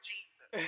Jesus